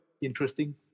interesting